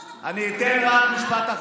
נעמה, למשל, הייתה בנתניה ביום שבת, והיא עדה.